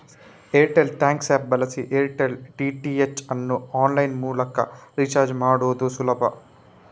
Airtel thanks app ಬಳಸಿ Airtel DTH ಅನ್ನು online ಮೂಲಕ ರೀಚಾರ್ಜ್ ಮಾಡುದು ಸುಲಭ